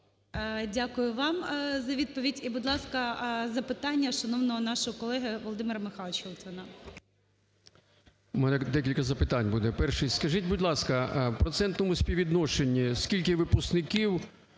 Дякую вам за відповідь. І, будь ласка, запитання шановного нашого колеги, Володимира Михайловича Литвина. 11:46:36 ЛИТВИН В.М. У мене декілька запитань буде. Перше. Скажіть, будь ласка, в процентному співвідношенні скільки випускників